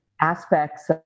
aspects